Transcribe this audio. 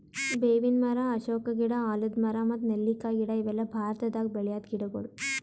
ಬೇವಿನ್ ಮರ, ಅಶೋಕ ಗಿಡ, ಆಲದ್ ಮರ ಮತ್ತ್ ನೆಲ್ಲಿಕಾಯಿ ಗಿಡ ಇವೆಲ್ಲ ಭಾರತದಾಗ್ ಬೆಳ್ಯಾದ್ ಗಿಡಗೊಳ್